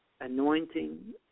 anointing